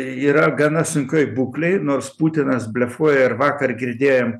yra gana sunkioj būklėj nors putinas blefuoja ir vakar girdėjom